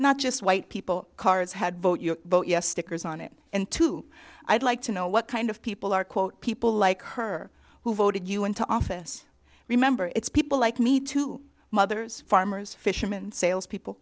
not just white people cars had vote your vote yes stickers on it and two i'd like to know what kind of people are quote people like her who voted you into office remember it's people like me to mothers farmers fishermen sales people